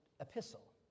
epistle